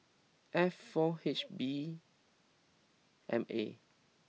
F four H B M A